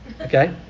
okay